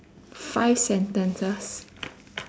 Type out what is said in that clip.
five sentences